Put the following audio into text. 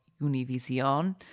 Univision